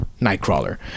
Nightcrawler